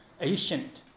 ancient